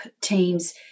teams